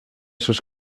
sus